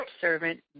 servant